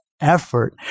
effort